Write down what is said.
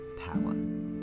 power